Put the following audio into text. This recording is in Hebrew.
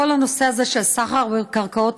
כל הנושא הזה של סחר בקרקעות,